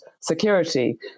security